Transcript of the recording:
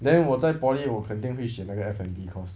then 我在 poly 我肯定会选那个 F&B course 了